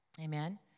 amen